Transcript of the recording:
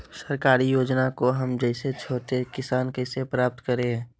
सरकारी योजना को हम जैसे छोटे किसान कैसे प्राप्त करें?